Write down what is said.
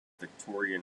victorian